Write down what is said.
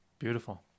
beautiful